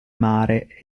mare